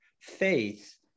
faith